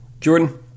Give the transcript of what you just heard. Jordan